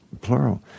plural